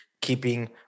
keeping